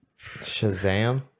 shazam